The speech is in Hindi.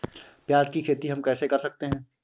प्याज की खेती हम कैसे कर सकते हैं?